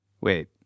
Wait